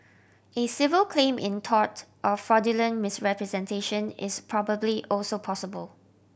a civil claim in tort of fraudulent misrepresentation is probably also possible